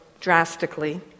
drastically